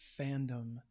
fandom